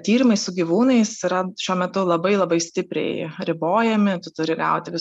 tyrimai su gyvūnais yra šiuo metu labai labai stipriai ribojami turi gauti